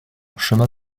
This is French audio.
chemin